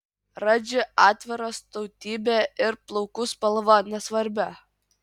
radži atviras tautybė ir plaukų spalva nesvarbi